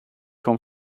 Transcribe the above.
come